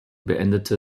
beendete